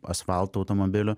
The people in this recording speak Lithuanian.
asfaltu automobilių